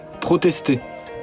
protester